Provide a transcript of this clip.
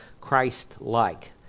Christ-like